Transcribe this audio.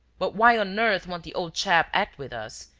but why on earth won't the old chap act with us?